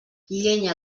llenya